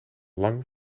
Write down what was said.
lang